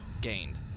gained